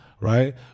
right